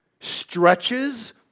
stretches